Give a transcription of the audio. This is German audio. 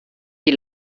die